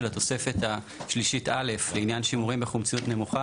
התוספת השלישית (א) לעניין שימורים בחומציות נמוכה